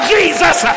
Jesus